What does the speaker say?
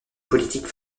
politique